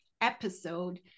episode